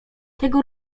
tego